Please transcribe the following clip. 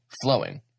flowing